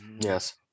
Yes